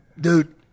Dude